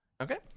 Okay